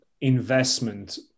investment